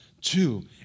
two